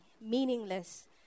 meaningless